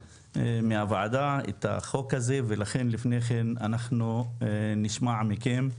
מהועדה את החוק הזה ולכן לפני כן אנחנו נשמע מכם,